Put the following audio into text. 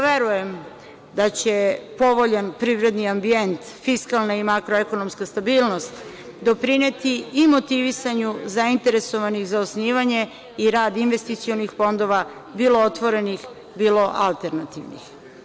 Verujem da će povoljan privredni ambijent, fiskalna i makroekonomska stabilnost doprineti i motivisanju zainteresovanih za osnivanje i rad investicionih fondova, bilo otvorenih, bilo alternativnih.